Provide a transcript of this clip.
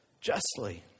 justly